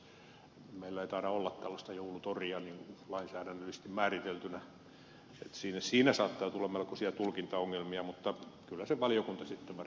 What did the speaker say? meillä ei taida olla tällaista joulutoria lainsäädännöllisesti määriteltynä joten siinä saattaa tulla melkoisia tulkintaongelmia mutta kyllä sen valiokunta sitten varmaan korjaa